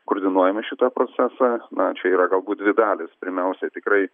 koordinuojame šitą procesą na čia yra galbūt dvi dalys pirmiausia tikrai